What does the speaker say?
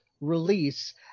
release